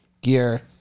gear